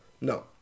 No